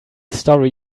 story